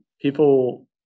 people